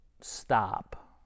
stop